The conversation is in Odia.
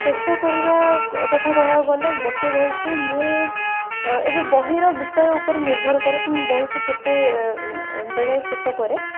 ଶେଷ କରିବା କଥା କହିବାକୁଗଲେ ଗୋଟେ ବହିକୁ ମୁଁ ଏବେ ବହିର ବିଷୟଉପରେ ନିର୍ଭରକରେ କି ମୁଁ ବହିକୁ କେତେବେଳେ ଶେଷକରେ